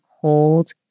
cold